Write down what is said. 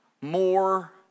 more